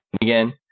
again